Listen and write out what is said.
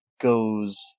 goes